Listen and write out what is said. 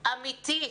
אמיתית,